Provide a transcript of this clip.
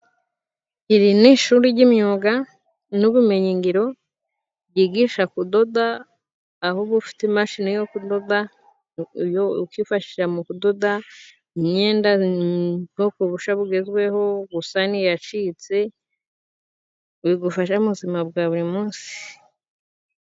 Iri ni ishuri ry'imyuga n'ubumenyingiro ryigisha kudoda ahubwo ufite imashini yo kudoda ukwifashisha mu kudoda imyenda ubwoko busha bugezweho gusana iyacitse bigufasha muzima bwa buri munsi.